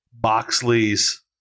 Boxley's